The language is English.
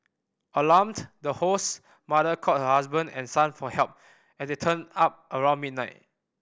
alarmed the host's mother called her husband and son for help and they turned up around midnight